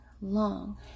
long